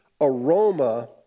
aroma